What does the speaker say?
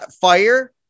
Fire